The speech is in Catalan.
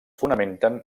fonamenten